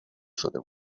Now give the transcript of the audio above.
شده